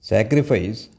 Sacrifice